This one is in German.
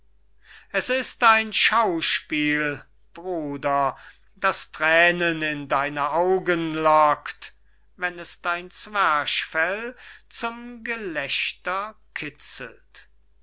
es ist ein schauspiel bruder das thränen in deine augen lockt wenn es dein zwerchfell zum gelächter kitzelt